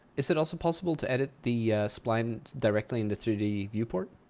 is it also possible to edit the spline directly in the three d viewport.